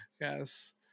yes